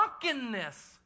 drunkenness